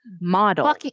model